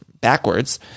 backwards